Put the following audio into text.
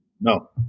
No